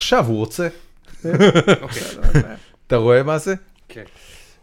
עכשיו הוא רוצה. אתה רואה מה זה?